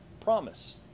promise